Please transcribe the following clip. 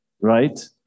Right